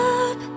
up